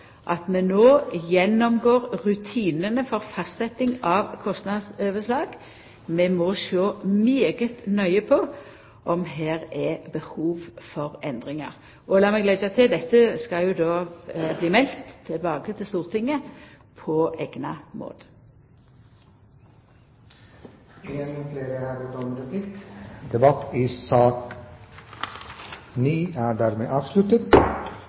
at vi no gjennomgår rutinane for fastsetjing av kostnadsoverslag. Vi må sjå veldig nøye på om det her er behov for endringar. Og lat meg leggja til at dette skal bli meldt tilbake til Stortinget på eigna måte. Debatten i sak nr. 9 er dermed avsluttet.